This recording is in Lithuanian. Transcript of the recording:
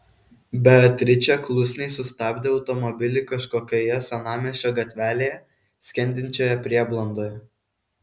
beatričė klusniai sustabdė automobilį kažkokioje senamiesčio gatvelėje skendinčioje prieblandoje